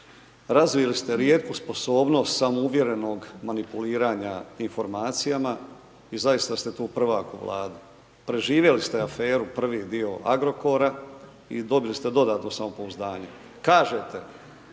razvili ste rijetku sposobnost samouvjerenog manipuliranja informacijama i zaista ste tu prvak u Vladi. Preživjeli ste aferu prvi dio Agrokora i dobili ste dodatno samopouzdanje. Kažete,